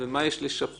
ומה יש לשפר,